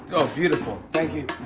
oh, beautiful. thank you.